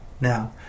Now